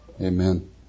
amen